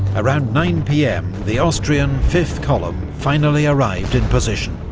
around nine pm the austrian fifth column finally arrived in position,